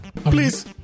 Please